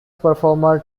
performer